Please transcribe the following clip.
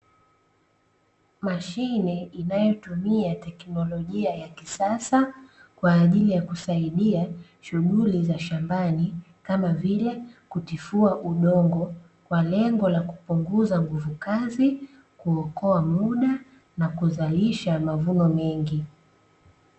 Mashine inayotumia teknolojia ya kisasa kwaajili ya kusaidia shughuli za shambani, kama vile kutifua udongo kwalengo la kupunguza nguvu kazi kuokoa muda na kuzalisha mavuno mengi.